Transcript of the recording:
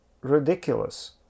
ridiculous